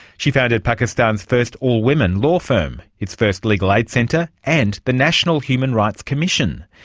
she founded pakistan's first all-women law firm, its first legal aid centre, and the national human rights commission.